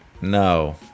No